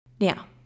Now